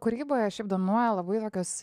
kūryboje dominuoja labai tokios